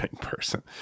person